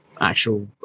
actual